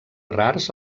rars